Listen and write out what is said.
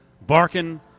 barking